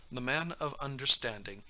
the man of understanding,